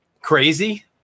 Crazy